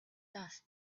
dust